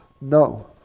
No